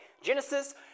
Genesis